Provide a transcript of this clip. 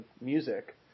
music